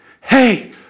hey